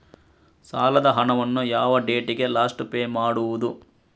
ಸಾಲದ ಹಣವನ್ನು ಯಾವ ಡೇಟಿಗೆ ಲಾಸ್ಟ್ ಪೇ ಮಾಡುವುದು?